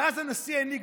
ואז הנשיא העניק,